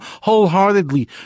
wholeheartedly